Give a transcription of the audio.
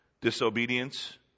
disobedience